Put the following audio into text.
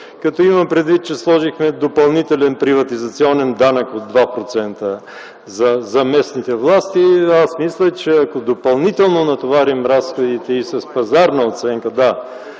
като имам предвид, че сложихме допълнителен приватизационен данък от 2% за местните власти, аз мисля, че ако допълнително натоварим разходите и с пазарна оценка,